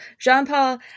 Jean-Paul